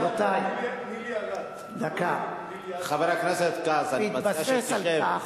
נילי ארד, חבר הכנסת כץ, אני מציע שתשב.